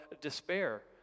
despair